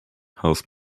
house